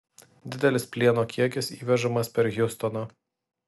didelis plieno kiekis įvežamas per hjustoną